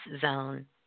zone